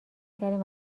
کردیم